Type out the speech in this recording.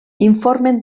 informen